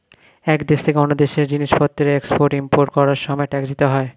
এক দেশ থেকে অন্য দেশে জিনিসপত্রের এক্সপোর্ট ইমপোর্ট করার সময় ট্যাক্স দিতে হয়